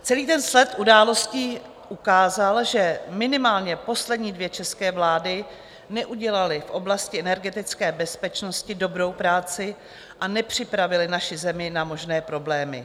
Celý sled událostí ukázal, že minimálně poslední dvě české vlády neudělaly v oblasti energetické bezpečnosti dobrou práci a nepřipravily naši zemi na možné problémy.